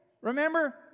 Remember